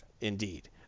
Indeed